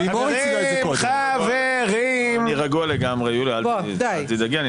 יוליה, אני רגוע לגמרי, אל תדאגי.